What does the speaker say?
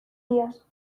días